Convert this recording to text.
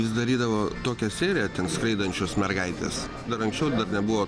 jis darydavo tokią seriją ten skraidančios mergaitės dar anksčiau nebuvo